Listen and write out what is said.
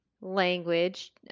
language